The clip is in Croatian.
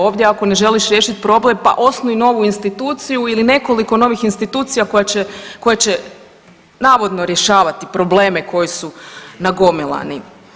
Ovdje ako ne želiš problem pa osnuj novu instituciju ili nekoliko novih institucija koje će navodno rješavati probleme koji su nagomilani.